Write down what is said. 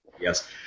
Yes